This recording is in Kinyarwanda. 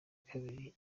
kabiri